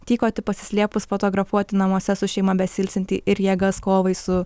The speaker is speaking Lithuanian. tykoti pasislėpus fotografuoti namuose su šeima besiilsintį ir jėgas kovai su